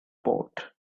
port